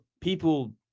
people